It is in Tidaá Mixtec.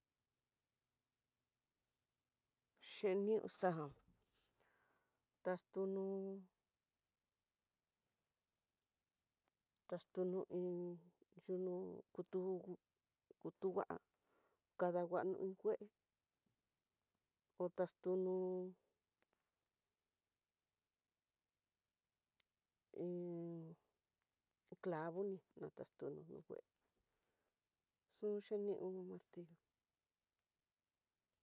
Xhion xaon, taxtun taxtru iin, yunu kutu, kutu ngua kadanguano nokue, kotaxtuno iin clavo ni nataxtuno ngue xhin xhini un martillo.